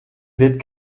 wird